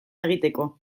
egiteko